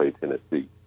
Tennessee